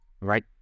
right